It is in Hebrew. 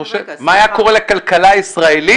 סליחה --- מה היה קורה לכלכלה הישראלית,